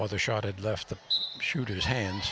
or the shot had left the shooter's hands